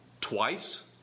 twice